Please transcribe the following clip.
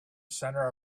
center